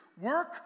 Work